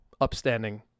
upstanding